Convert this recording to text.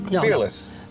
fearless